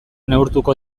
neurtuko